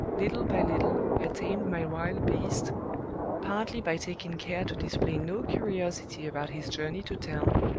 little by little i tamed my wild beast partly by taking care to display no curiosity about his journey to town,